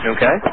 Okay